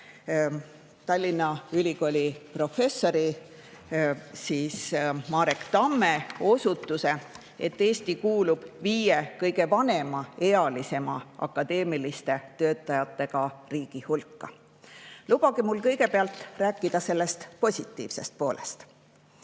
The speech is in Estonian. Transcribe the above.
Tallinna Ülikooli professori Marek Tamme osutus, et Eesti kuulub viie kõige vanemaealisemate akadeemiliste töötajatega riigi hulka. Lubage mul kõigepealt rääkida sellest positiivsest poolest.